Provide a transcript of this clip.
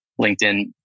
LinkedIn